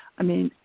i mean,